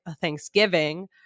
Thanksgiving